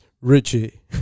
Richie